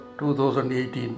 2018